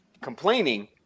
complaining